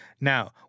Now